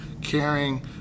caring